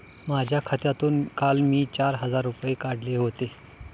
माझ्या खात्यातून काल मी चार हजार रुपये काढले होते